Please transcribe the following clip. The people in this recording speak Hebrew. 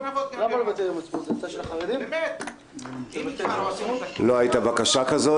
--- לא הייתה בקשה כזאת.